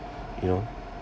you know